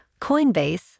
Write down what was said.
Coinbase